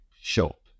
shop